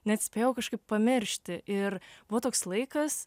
net spėjau kažkaip pamiršti ir buvo toks laikas